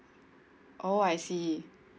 oh I see